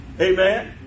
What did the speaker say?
Amen